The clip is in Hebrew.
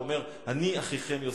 ואומר: אני אחיכם יוסף.